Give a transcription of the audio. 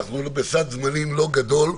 אנחנו בסד זמנים לא גדול,